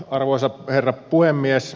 arvoisa herra puhemies